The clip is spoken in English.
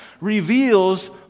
reveals